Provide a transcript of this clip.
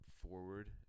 forward